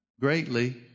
Greatly